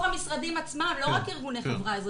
המשרדים עצמם ולא רק מתוך ארגוני חברה אזרחית.